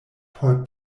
por